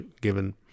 given